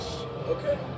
Okay